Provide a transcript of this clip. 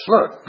Look